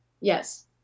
Yes